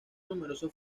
numerosos